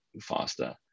faster